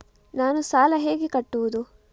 ನಾನು ಸಾಲ ಹೇಗೆ ಕಟ್ಟುವುದು?